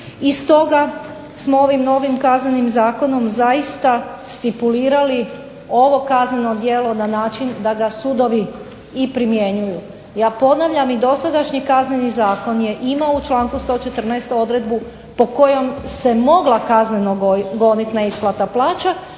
i stoga smo ovim novim Kaznenim zakonom zaista stipulirali ovo kazneno djelo na način da ga sudovi i primjenjuju. Ja ponavljam, i dosadašnji Kazneni zakon je imao u članku 114. odredbu po kojoj se mogla kazneno gonit neisplata plaća,